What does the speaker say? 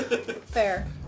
Fair